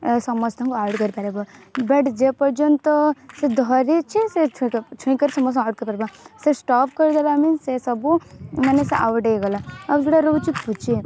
ସମସ୍ତଙ୍କୁ ଆଉଟ୍ କରିପାରିବ ବଟ୍ ଯେ ପର୍ଯ୍ୟନ୍ତ ସେ ଧରିଛି ସେ ଛୁଇଁକରି ସମସ୍ତଙ୍କୁ ଆଉଟ୍ କରିପାରିବ ସେ ଷ୍ଟପ୍ କରିଦେଲେ ଆମେ ସେ ସବୁ ମାନେ ସେ ଆଉଟ୍ ହେଇଗଲା ଆଉ ଯେଉଁଟା ରହୁଛି ପୁଚି